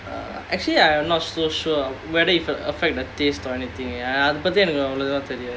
uh actually I'm not so sure whether it's affect the taste or anything அத பத்தி எனக்கு அவ்ளோவா தெரியாது:adha paththi enakku avlovaa theriyaathu